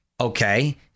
Okay